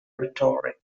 rhetoric